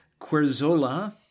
Querzola